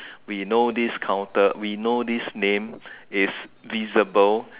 we know this counter we know this name is visible